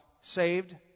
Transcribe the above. saved